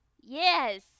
Yes